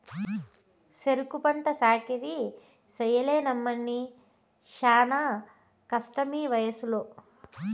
సెరుకు పంట సాకిరీ చెయ్యలేనమ్మన్నీ శానా కష్టమీవయసులో